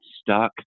stuck